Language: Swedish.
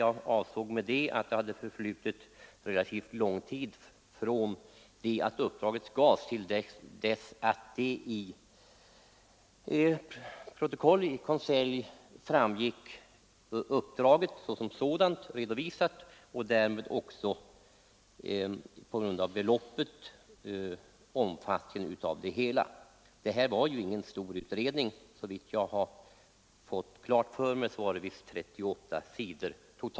Jag avsåg härmed att det förflutit relativt lång tid från det att uppdraget till Conseil gavs till dess att uppdraget såsom sådant redovisades i departementsprotokoll. Det här var ingen stor utredning; såvitt jag kunnat finna omfattade den totalt 38 sidor.